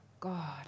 god